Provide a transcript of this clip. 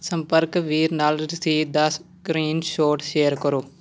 ਸੰਪਰਕ ਵੀਰ ਨਾਲ ਰਸੀਦ ਦਾ ਸਕ੍ਰੀਨਸ਼ੋਟ ਸ਼ੇਅਰ ਕਰੋ